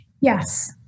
Yes